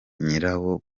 nyirawo